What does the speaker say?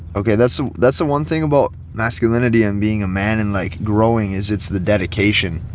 okay, that's, that's the one thing about masculinity and being a man and like growing is it's the dedication.